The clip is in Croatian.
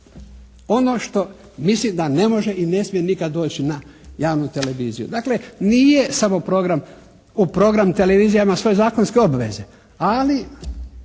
Ono što mislim da ne može i ne smije nikad doći na javnu televiziju. Dakle, nije samo program, u program televizija ima svoje zakonske obveze, ali